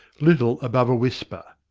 little above a whisper.